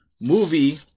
movie